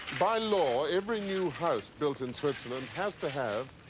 by law every new house built in switzerland has to have,